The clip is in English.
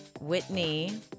Whitney